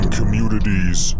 communities